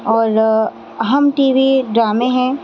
اور ہم T V ڈرامے ہیں